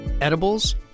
edibles